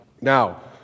Now